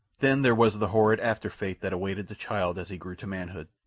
then there was the horrid after-fate that awaited the child as he grew to manhood.